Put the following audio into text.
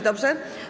Dobrze?